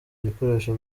ibikoresho